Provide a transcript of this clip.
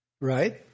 Right